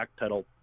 backpedal